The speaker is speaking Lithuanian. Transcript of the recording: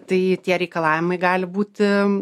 tai tie reikalavimai gali būti